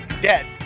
dead